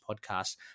podcast